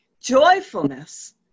joyfulness